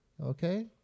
Okay